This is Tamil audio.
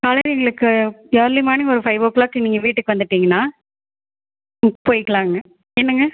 காலையில் எங்களுக்கு இயர்லி மார்னிங் ஒரு ஃபைவ் ஓ கிளாக் நீங்கள் வீட்டுக்கு வந்துவிட்டீங்கன்னா ம் போய்கிலாங்க என்னங்க